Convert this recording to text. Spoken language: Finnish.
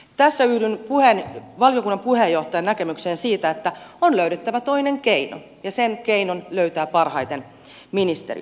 tässä yhdyn valiokunnan puheenjohtajan näkemykseen siitä että on löydettävä toinen keino ja sen keinon löytää parhaiten ministeriö